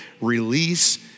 release